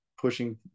pushing